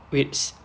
wait it's